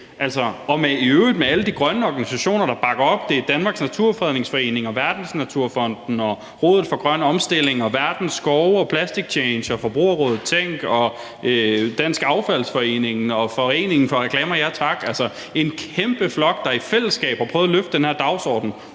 gik ud med alle de grønne organisationer, der bakker op. Det er Danmarks Naturfredningsforening, Verdensnaturfonden, Rådet for Grøn Omstilling, Verdens Skove, Plastic Change, Forbrugerrådet Tænk, Dansk Affaldsforening og Reklamer Ja Tak-foreningen, altså en kæmpe flok, der i fællesskab har prøvet at løfte den her dagsorden.